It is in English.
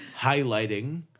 highlighting